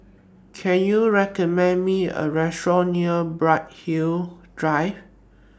Can YOU recommend Me A Restaurant near Bright Hill Drive